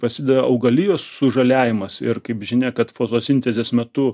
praside augalijos sužaliavimas ir kaip žinia kad fotosintezės metu